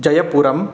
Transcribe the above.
जयपुरम्